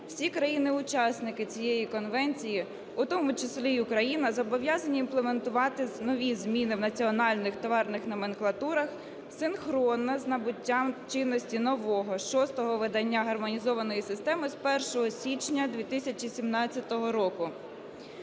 всі країни-учасники цієї конвенції, у тому числі і Україна, зобов'язані імплементувати нові зміни в національних товарних номенклатурах синхронно з набуттям чинності нового шостого видання Гармонізованої системи з 1 січня 2017 року.